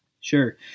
Sure